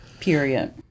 period